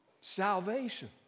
salvation